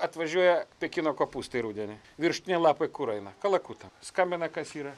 atvažiuoja pekino kopūstai rudenį viršutiniai lapai kur eina kalakutam skambina kas yra